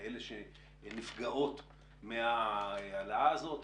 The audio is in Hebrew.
לאלה שנפגעות מההעלאה הזאת.